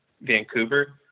Vancouver